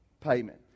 payment